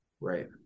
Right